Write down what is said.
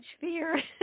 fear